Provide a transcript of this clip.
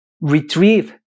retrieve